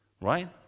Right